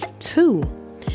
two